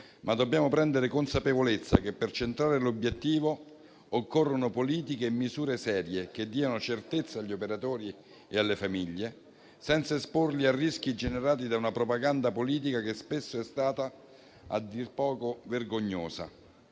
ma dobbiamo prendere consapevolezza che per centrare l'obiettivo occorrono politiche e misure serie, che diano certezza agli operatori e alle famiglie senza esporli a rischi generati da una propaganda politica che spesso è stata a dir poco vergognosa,